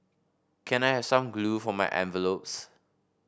can I have some glue for my envelopes